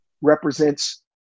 represents